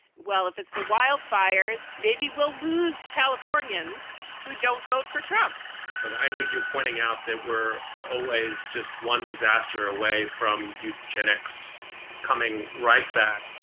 well, if it's the wildfires, maybe we'll lose californians who don't vote for trump but i think you're pointing out that we're always just one disaster away from eugenics coming right back.